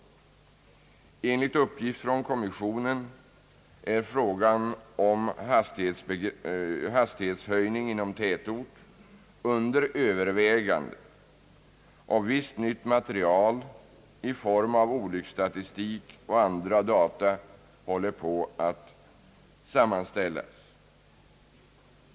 Enligt uppgift från kommissionen är frågan om en hastighetshöjning inom tätort under övervägande och visst nytt material i form av olycksstatistik och andra data håller på att sammanställas.